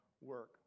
work